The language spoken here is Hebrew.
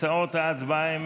תוצאות ההצבעה הן